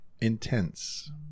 intense